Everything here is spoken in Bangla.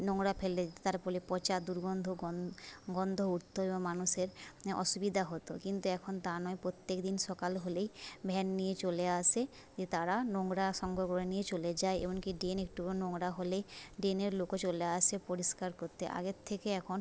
নোংরা ফেলে তার ফলে পচা দুর্গন্ধ গন্ধ উঠত এবং মানুষের অসুবিধা হতো কিন্তু এখন তা নয় প্রত্যেক দিন সকাল হলেই ভ্যান নিয়ে চলে আসে দিয়ে তারা নোংরা সংগ্রহ করে নিয়ে চলে যায় এমন কি ড্রেন একটুও নোংরা হলেই ড্রেনের লোকও চলে আসে পরিষ্কার করতে আগের থেকে এখন